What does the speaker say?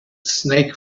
snake